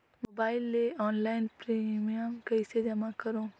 Mobile ले online premium कइसे जमा करों?